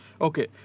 Okay